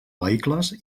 vehicles